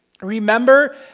Remember